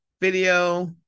video